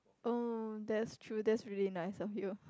oh that's true that's really nice of you